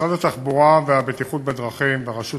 משרד התחבורה והבטיחות בדרכים והרשות